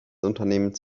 unternehmens